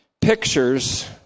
pictures